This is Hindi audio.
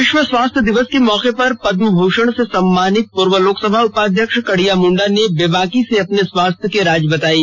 विश्व स्वास्थ्य दिवस के मौके पर पदम भूषण से सम्मानित पूर्व लोकसभा उपाध्यक्ष कड़िया मुंडा ने बेबाकी से अपने स्वास्थ्य की राज बतायी